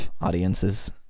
audiences